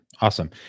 Awesome